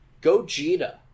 Gogeta